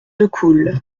decool